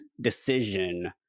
decision